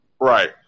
Right